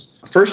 first